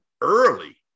early